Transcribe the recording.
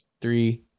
three